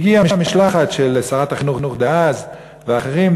משלחת של שרת החינוך דאז ואחרים,